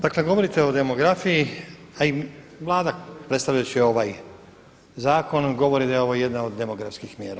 Dakle govorite o demografiji a i Vlada predstavljajući ovaj zakon govori da je ovo jedna od demografskih mjera.